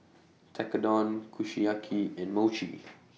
Tekkadon Kushiyaki and Mochi